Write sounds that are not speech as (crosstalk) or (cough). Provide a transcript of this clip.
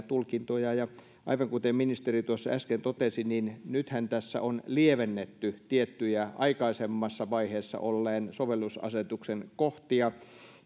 (unintelligible) tulkintoja aivan kuten ministeri tuossa äsken totesi niin nythän tässä on lievennetty tiettyjä aikaisemmassa vaiheessa olleen sovellusasetuksen kohtia